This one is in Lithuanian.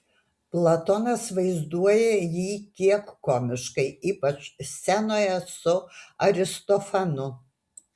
platonas vaizduoja jį kiek komiškai ypač scenoje su aristofanu